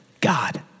God